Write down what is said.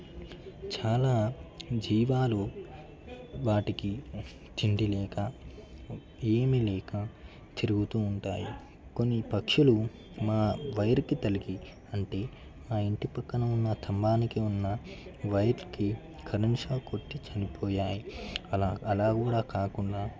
చాలా జీవాలు వాటికి తిండి లేక ఏమీ లేక తిరుగుతూ ఉంటాయి కొన్ని పక్షులు మా వైరుకి తలిగి అంటే మా ఇంటి పక్కన ఉన్న స్తంభానికి ఉన్న వైర్కి కరెంట్ షాక్ కొట్టి చనిపోయాయి అలా అలా కూడా కాకుండా